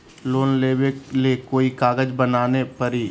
Loan लेबे ले कोई कागज बनाने परी?